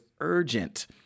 urgent